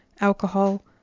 alcohol